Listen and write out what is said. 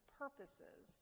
purposes